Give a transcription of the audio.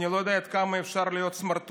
אני לא יודע עד כמה אפשר להיות סמרטוטים,